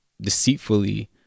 deceitfully